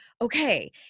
okay